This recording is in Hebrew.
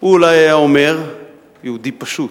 הוא אולי היה אומר "יהודי פשוט".